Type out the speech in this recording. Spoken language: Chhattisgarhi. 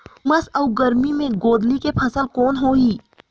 उमस अउ गरम मे गोंदली के फसल कौन होही?